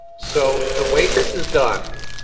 so the way this is done,